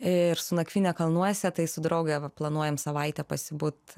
ir su nakvyne kalnuose tai su drauge planuojam savaitę pasibūt